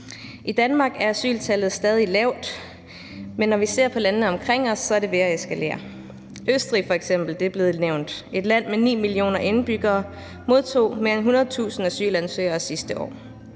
I Danmark er asyltallet stadig lavt, men når vi ser på landene omkring os, er det ved at eskalere. Østrig er f.eks. blevet nævnt. Det er et land med 9 millioner indbyggere, som modtog mere end 100.000 asylansøgere sidste år.